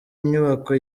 nyubako